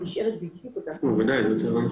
נשארת בדיוק אותה סוגיה.